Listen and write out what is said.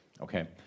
okay